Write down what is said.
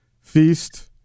Feast